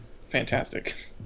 fantastic